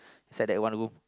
inside that one room